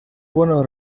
buenos